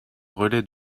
relais